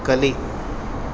ಕಲಿ